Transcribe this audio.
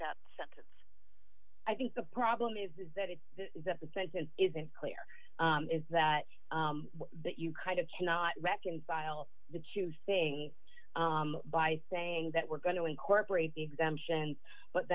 that sentence i think the problem is is that it isn't clear is that that you kind of cannot reconcile the two things by saying that we're going to incorporate exemptions but